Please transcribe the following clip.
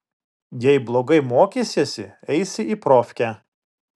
jei blogai mokysiesi eisi į profkę